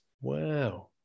Wow